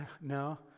no